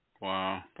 Wow